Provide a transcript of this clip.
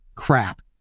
Crap